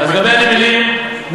לגבי הנמלים,